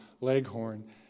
Leghorn